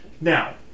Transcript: Now